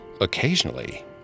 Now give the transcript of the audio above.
Occasionally